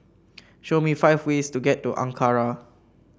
show me five ways to get to Ankara